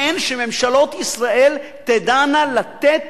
כן, שממשלות ישראל תדענה לתת